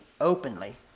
openly